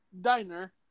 diner